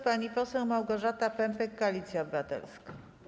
Pani poseł Małgorzata Pępek, Koalicja Obywatelska.